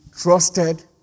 trusted